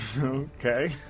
Okay